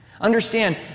Understand